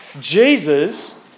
Jesus